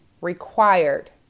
required